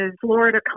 Florida